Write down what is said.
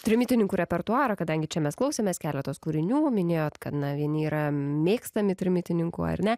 trimitininkų repertuarą kadangi čia mes klausėmės keletos kūrinių minėjot kad na vieni yra mėgstami trimitininkų ar ne